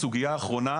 הסוגייה האחרונה,